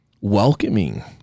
welcoming